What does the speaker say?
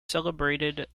celebrated